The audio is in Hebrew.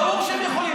ברור שהם יכולים.